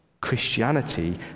Christianity